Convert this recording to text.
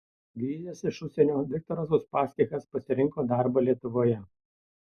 grįžęs iš užsienio viktoras uspaskichas pasirinko darbą lietuvoje